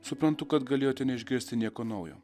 suprantu kad galėjote neišgirsti nieko naujo